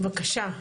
בבקשה.